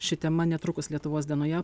ši tema netrukus lietuvos dienoje